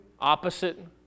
opposite